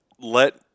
let